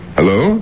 Hello